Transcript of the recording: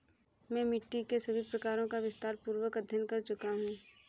मैं मिट्टी के सभी प्रकारों का विस्तारपूर्वक अध्ययन कर चुका हूं